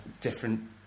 different